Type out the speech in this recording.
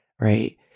right